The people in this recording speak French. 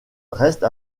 reste